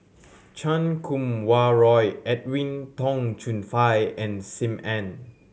Chan Kum Wah Roy Edwin Tong Chun Fai and Sim Ann